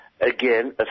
again